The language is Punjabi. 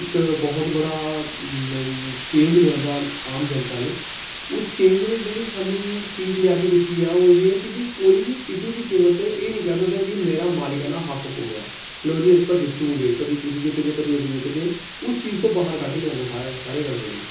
ਇੱਕ ਬਹੁਤ ਬੜਾ ਚੇਂਜ ਲਿਆਂਦਾ ਆਮ ਜਨਤਾ ਨੇ ਉਸ ਚੇਂਜ ਨੇ ਜਿਹੜੀ ਸਾਨੂੰ ਚੀਜ਼ ਲਿਆ ਕੇ ਦਿੱਤੀ ਆ ਉਹ ਇਹ ਆ ਕਿ ਵੀ ਕੋਈ ਵੀ ਕਿਸੇ ਵੀ ਕੀਮਤ 'ਤੇ ਇਹ ਨਹੀਂ ਕਹਿ ਸਕਦਾ ਕਿ ਮੇਰਾ ਮਾਲਕਾਨਾ ਹੱਕ ਹੋ ਗਿਆ ਲਉ ਜੀ ਅਸੀਂ ਤਾਂ ਜਿੱਤਾਂਗੇ ਕਦੇ ਤੁਸੀ ਜਿੱਤ ਗਏ ਕਦੇ ਅਸੀਂ ਜਿੱਤ ਗਏ ਉਸ ਚੀਜ਼ ਤੋਂ ਬਾਹਰ ਕੱਢ ਲਿਆਂਦਾ ਸਾਰਿਆਂ ਸਾਰੇ ਕਾਸੇ ਨੂੰ